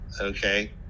Okay